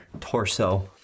torso